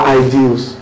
ideals